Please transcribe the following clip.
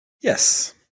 Yes